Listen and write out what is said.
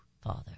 Father